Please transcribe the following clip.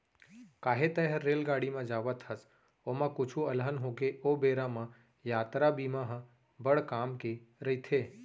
काहे तैंहर रेलगाड़ी म जावत हस, ओमा कुछु अलहन होगे ओ बेरा म यातरा बीमा ह बड़ काम के रइथे